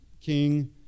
king